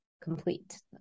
complete